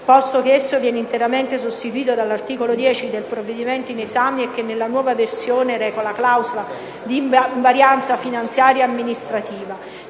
posto che esso viene interamente sostituito dall'articolo 10 del provvedimento in esame e che, nella nuova versione, reca la clausola di invarianza finanziaria e amministrativa;